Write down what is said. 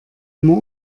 immer